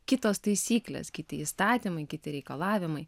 kitos taisyklės kiti įstatymai kiti reikalavimai